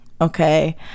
Okay